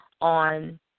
on –